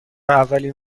اولین